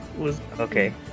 Okay